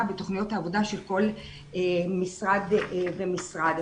בתוכניות העבודה של כל משרד ומשרד.